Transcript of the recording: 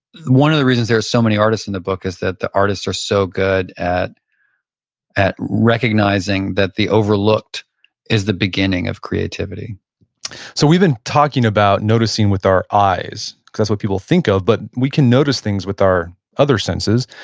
one of the reasons there's so many artists in the book is that the artists are so good at at recognizing that the overlooked is the beginning of creativity so we've been talking about noticing with our eyes because that's what people think of. but we can notice things with our other senses.